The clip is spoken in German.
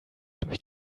durch